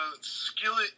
Skillet